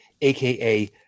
aka